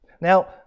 Now